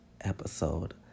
episode